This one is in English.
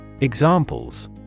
Examples